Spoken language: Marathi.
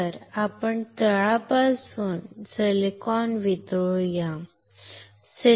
तर आपण तळापासून सिलिकॉन वितळू या